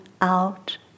out